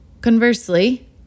conversely